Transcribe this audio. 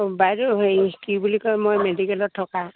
অঁ বাইদেউ হেৰি কি বুলি কয় মই মেডিকেলত থকা